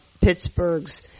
Pittsburgh's